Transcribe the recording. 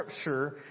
Scripture